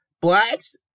Blacks